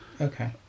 Okay